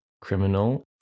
criminal